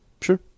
Sure